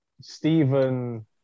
Stephen